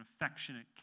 affectionate